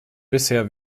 bisher